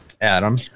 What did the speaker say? Adam